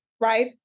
right